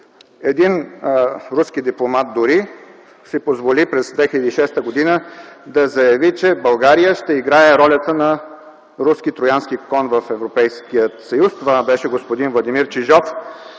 Един руски дипломат дори си позволи през 2006 г. да заяви, че България ще играе ролята на руски троянски кон в Европейския съюз. Това беше господин Владимир Чижов,